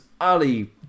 Ali